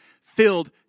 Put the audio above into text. filled